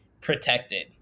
protected